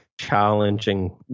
challenging